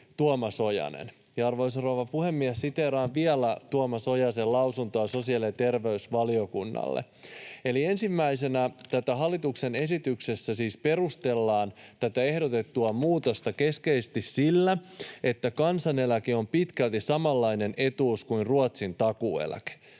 Tuomas Ojanen. Ja, arvoisa rouva puhemies, siteeraan vielä Tuomas Ojasen lausuntoa sosiaali- ja terveysvaliokunnalle. Eli ensimmäisenä tätä ehdotettua muutosta perustellaan hallituksen esityksessä siis keskeisesti sillä, että kansaneläke on pitkälti samanlainen etuus kuin Ruotsin takuueläke.